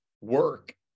work